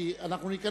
כי אנחנו ניכנס